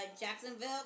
Jacksonville